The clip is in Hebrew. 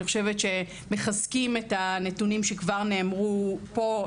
חושבת שמחזקים את הנתונים שכבר נאמרו פה,